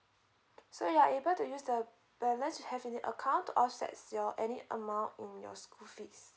so you are able to use the balance you have in your account to offset your any amount in your school fees